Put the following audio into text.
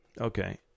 Okay